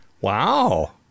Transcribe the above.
Wow